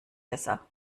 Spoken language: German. besser